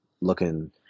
looking